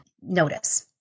notice